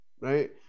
right